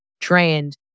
trained